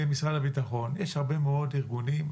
למשרד הביטחון יש הרבה מאוד ארגונים,